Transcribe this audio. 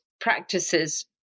practices